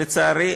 לצערי,